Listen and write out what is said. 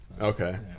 Okay